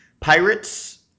Pirates